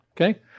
Okay